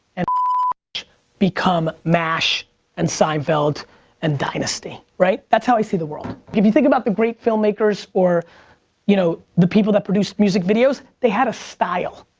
and ah become mash and seinfeld and dynasty, right? that's how i see the world. if you think about the great filmmakers or you know the people that produced music videos, they had a style.